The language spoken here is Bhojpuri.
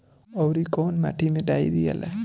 औवरी कौन माटी मे डाई दियाला?